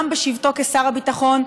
גם בשבתו כשר הביטחון,